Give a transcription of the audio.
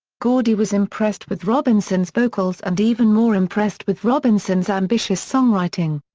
gordy was impressed with robinson's vocals and even more impressed with robinson's ambitious songwriting.